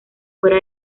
fuera